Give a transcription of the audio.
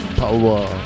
power